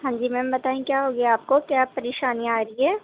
ہاں جی میم بتائیں کیا ہو گيا آپ کو کیا پریشانی آ رہی ہے